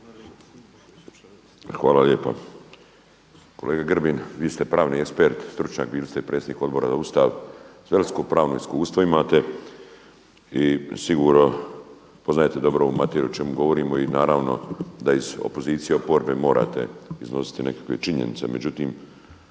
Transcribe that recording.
Hvala lijepa. Kolega Grbin vi ste pravi ekspert stručnjak, bili ste predsjednik Odbora za Ustav … pravno iskustvo imate i sigurno poznajete ovu materiju o čemu govorimo i naravno da iz opozicije i oporbe morate iznositi neke činjenica. Međutim,